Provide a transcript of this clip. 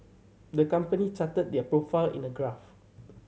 the company charted their profile in a graph